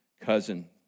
cousin